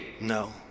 No